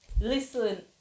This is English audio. Listen